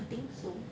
I think so